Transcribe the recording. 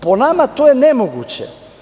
Po nama, to je nemoguće.